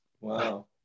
Wow